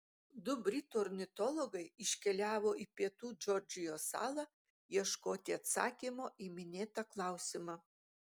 du britų ornitologai iškeliavo į pietų džordžijos salą ieškoti atsakymo į minėtą klausimą